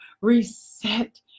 reset